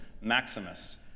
Maximus